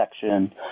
section